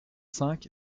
cinq